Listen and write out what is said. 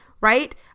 right